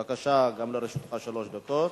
בבקשה, גם לרשותך שלוש דקות.